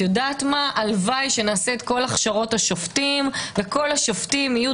הלוואי שנעשה את כל הכשרות השופטים וכולם יהיו